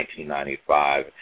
1995